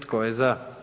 Tko je za?